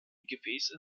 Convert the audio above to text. gefäße